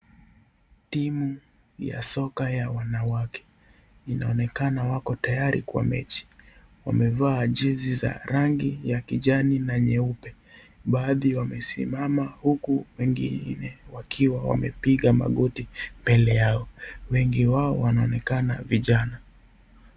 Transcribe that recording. Timu ya soka ya wanawake inaonekana wako tayari kwa mechi wamevaa jezi za rangi ya kijani na nyeupe baadhi wamesimama huku wengine wakiwa wamepiga magoti mbele yao, wengi wao wanaonekana vijana.